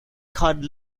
cod